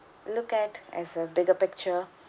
look at as a bigger picture